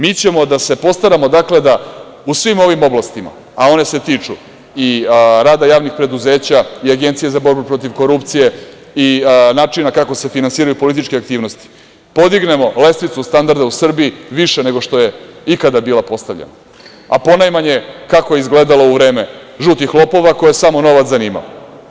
Mi ćemo da se postaramo, dakle, da u svim ovim oblastima, a one se tiču i rada javnih preduzeća i Agencije za borbu protiv korupcije i načina kako se finansiraju političke aktivnosti, podignemo lestvicu standarda u Srbiji više nego što je ikada bila postavljena, a ponajmanje kako je izgledalo u vreme žutih lopova koje je samo novac zanimao.